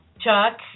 chuck